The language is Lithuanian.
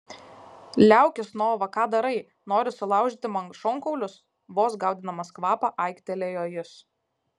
liaukis nova ką darai nori sulaužyti man šonkaulius vos gaudydamas kvapą aiktelėjo jis